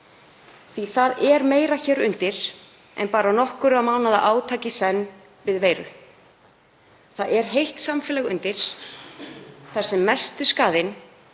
Það er meira hér undir en bara nokkurra mánaða átak í senn við veiru. Það er heilt samfélag undir þar sem mesti skaðinn